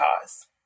cause